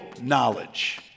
knowledge